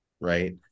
right